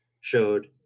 showed